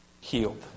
healed